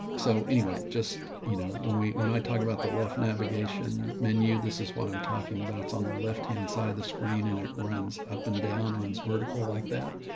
so anyway, just, you know, when we, when i talk about the left navigation menu, this is what i'm talking about on the left hand side of the screen, and it runs up and down, runs vertical like that.